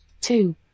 two